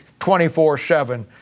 24-7